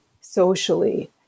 socially